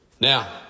Now